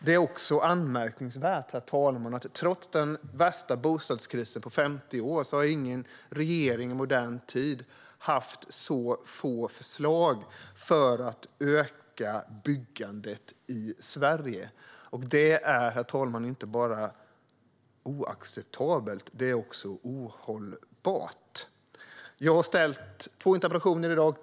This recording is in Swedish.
Det är också anmärkningsvärt att trots den värsta bostadskrisen på 50 år har ingen regering i modern tid haft så få förslag för att öka byggandet i Sverige. Det är inte bara oacceptabelt utan ohållbart. Jag har två interpellationer i dag.